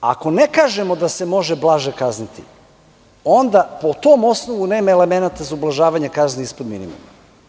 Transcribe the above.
Ako ne kažemo da se može blaže kazniti, onda po tom osnovu nema elemenata za ublažavanje kazni ispod minimuma.